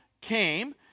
came